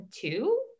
two